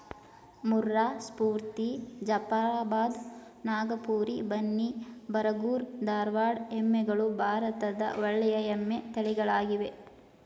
ಮುರ್ರಾ, ಸ್ಪೂರ್ತಿ, ಜಫ್ರಾಬಾದ್, ನಾಗಪುರಿ, ಬನ್ನಿ, ಬರಗೂರು, ಧಾರವಾಡ ಎಮ್ಮೆಗಳು ಭಾರತದ ಒಳ್ಳೆಯ ಎಮ್ಮೆ ತಳಿಗಳಾಗಿವೆ